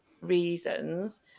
reasons